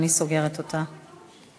אני סוגרת אותה.